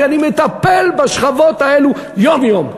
כי אני מטפל בשכבות האלה יום-יום.